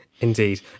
Indeed